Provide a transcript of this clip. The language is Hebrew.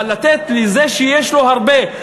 אבל לתת לזה שיש לו הרבה,